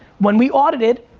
when we audited,